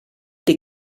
dir